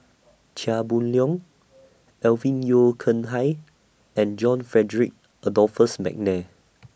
Chia Boon Leong Alvin Yeo Khirn Hai and John Frederick Adolphus Mcnair